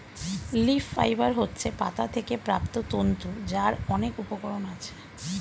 leaf fibre হচ্ছে পাতা থেকে প্রাপ্ত তন্তু যার অনেক উপকরণ আছে